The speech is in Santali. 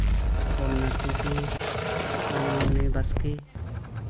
ᱚᱯᱚᱨᱱᱟ ᱴᱩᱰᱩ ᱯᱟᱱᱢᱚᱱᱤ ᱵᱟᱥᱠᱮ